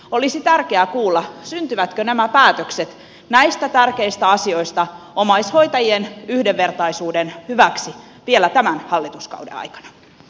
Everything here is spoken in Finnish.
olisi tärkeää kuulla syntyvätkö nämä päätökset näistä tärkeistä asioista omaishoitajien yhdenvertaisuuden hyväksi vielä tämän hallituskauden aikana